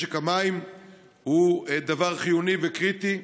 משק המים הוא דבר חיוני וקריטי,